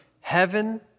heaven